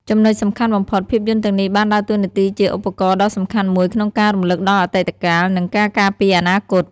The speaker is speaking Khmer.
ចំណុចសំខាន់បំផុត ភាពយន្តទាំងនេះបានដើរតួនាទីជាឧបករណ៍ដ៏សំខាន់មួយក្នុងការ រំលឹកដល់អតីតកាល និងការការពារអនាគត។